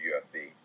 UFC